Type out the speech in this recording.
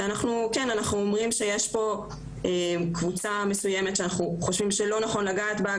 שאנחנו אומרים שיש פה קבוצה מסוימת שאנחנו חושבים שלא נכון לגעת בה.